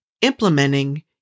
implementing